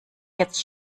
jetzt